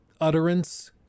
utterance